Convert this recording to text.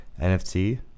NFT